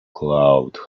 cloud